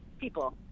People